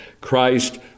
Christ